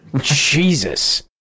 Jesus